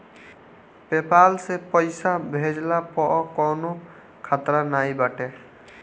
PayPal से पईसा भेजला पअ कवनो खतरा नाइ बाटे